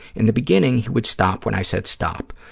in the beginning, he would stop when i said stop,